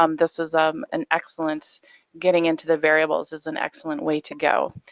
um this is um an excellent getting into the variables is an excellent way to go.